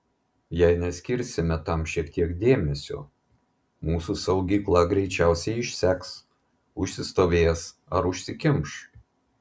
jei neskirsime tam šiek tiek dėmesio mūsų saugykla greičiausiai išseks užsistovės ar užsikimš